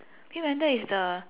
pink panther is the